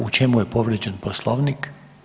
U čemu je povrijeđen Poslovnik?